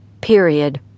Period